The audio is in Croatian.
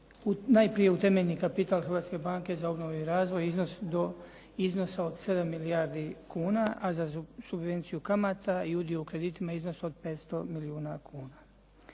najprije u temeljni kapital Hrvatske banke za obnovu i razvoj iznos do iznosa od 7 milijardi kuna, a za subvenciju kamata i udio u kreditima iznos od 500 milijuna kuna.